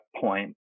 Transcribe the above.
point